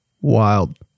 wild